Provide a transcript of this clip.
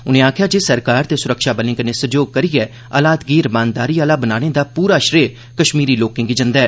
उनें आखेआ जे सरकार ते सुरक्षाबलें कन्नै सैहयोग करियै हालात गी रमानदारी आहला बनाने दा पूरा श्रेय कश्मीरी लोके गी जंदा ऐ